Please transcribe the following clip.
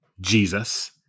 Jesus